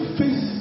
face